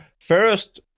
first